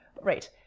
right